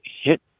hit